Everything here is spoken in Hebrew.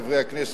חברי חברי הכנסת,